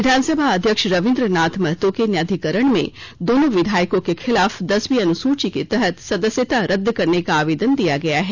विधानसभा अध्यक्ष रवींद्र नाथ महतो के न्यायाधिकरण में दोनों विधायकों के खिलाफ दसवीं अनुसूची के तहत सदस्यता रद्द करने का आवेदन दिया गया है